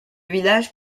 village